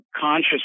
conscious